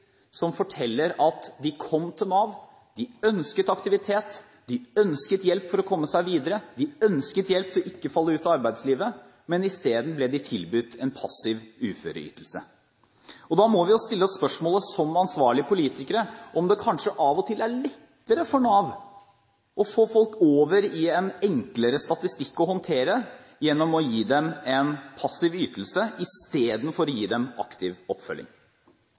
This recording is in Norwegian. som forteller at de kom til Nav, de ønsket aktivitet, de ønsket hjelp for å komme seg videre, de ønsket hjelp til ikke å falle ut av arbeidslivet, men isteden ble de tilbudt en passiv uføreytelse. Da må vi stille oss spørsmålet som ansvarlige politikere om det kanskje av og til er lettere for Nav å få folk over i en enklere statistikk å håndtere gjennom å gi dem en passiv ytelse istedenfor å gi dem aktiv oppfølging.